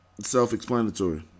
self-explanatory